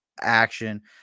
action